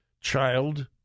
child